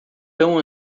tão